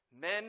Men